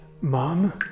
Mom